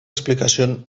explicació